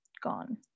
gone